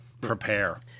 prepare